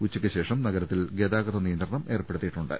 ഉച്ചയ്ക്ക് ശേഷം നഗരത്തിൽ ഗതാഗത നിയന്ത്രണം ഏർപ്പെടുത്തിയിട്ടുണ്ട്